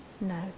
No